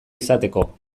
izateko